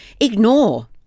Ignore